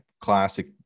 classic